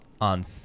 on